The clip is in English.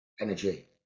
energy